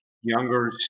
younger